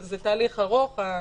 זה תהליך ארוך.